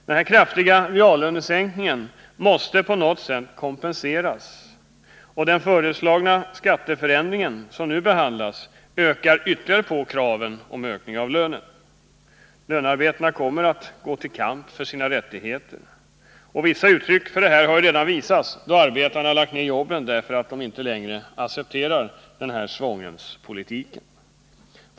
Den här kraftiga reallönesänkningen måste på något sätt kompenseras, och den föreslagna skatteförändringen, som nu behandlas, ökar ytterligare kraven på ökningar av lönen. Lönearbetarna kommer att gå till kamp för sina rättigheter. Vissa uttryck för detta har vi redan fått då arbetare har lagt ned jobben, därför att de inte längre accepterar denna svångremspolitik.